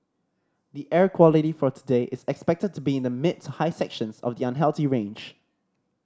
the air quality for today is expected to be in the mid to high sections of the unhealthy range